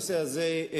הנושא הזה,